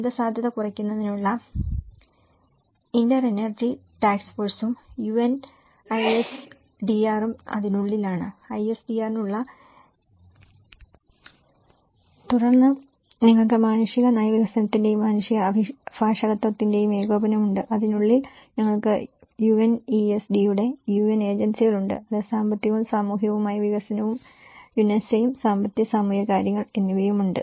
ദുരന്തസാധ്യത കുറയ്ക്കുന്നതിനുള്ള interagency task ഫോഴ്സും യുഎൻ ഐഎസ്ഡിആറും അതിനുള്ളിലാണ് ISDR നുള്ള ഇന്ററാജൻസി സെക്രട്ടേറിയൽ ഉള്ളത് അതിനാൽ ഇത് 2 ഐഎസ്ഡിആർ രൂപപ്പെടുത്തുന്നു തുടർന്ന് നിങ്ങൾക്ക് മാനുഷിക നയ വികസനത്തിന്റെയും മാനുഷിക അഭിഭാഷകത്വത്തിന്റെയും ഏകോപനം ഉണ്ട് അതിനുള്ളിൽ ഞങ്ങൾക്ക് U N E S D യുടെ യുഎൻ ഏജൻസികളുണ്ട് അത് സാമ്പത്തികവും സാമൂഹികവുമായ വികസനവും യുനെസയും സാമ്പത്തിക സാമൂഹിക കാര്യങ്ങൾ എന്നിവയുമുണ്ട്